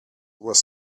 was